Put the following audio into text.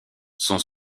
son